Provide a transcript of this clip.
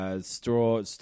Straw